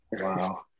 Wow